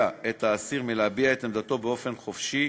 את האסיר מלהביע את עמדתו באופן חופשי